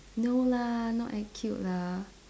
no lah not act cute lah